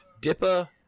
Dipper